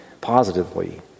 positively